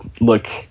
look